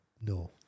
No